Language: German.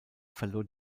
verlor